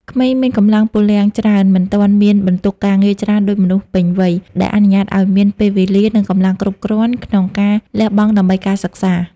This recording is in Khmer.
ក្មេងមានកម្លាំងពលំច្រើន មិនទាន់មានបន្ទុកការងារច្រើនដូចមនុស្សពេញវ័យ ដែលអនុញ្ញាតឱ្យមានពេលវេលា និងកម្លាំងគ្រប់គ្រាន់ក្នុងការលះបង់ដើម្បីការសិក្សា។